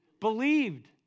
Believed